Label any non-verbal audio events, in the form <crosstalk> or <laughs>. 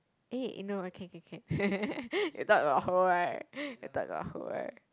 eh no ah can can can <laughs> you thought got hole right you thought got hole right